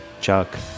Chuck